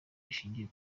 ishingiye